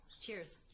Cheers